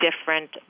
different